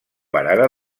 barana